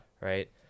Right